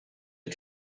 are